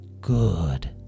Good